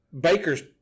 Baker's